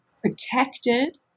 protected